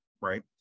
Right